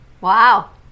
Wow